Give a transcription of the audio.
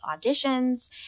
auditions